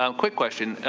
um quick question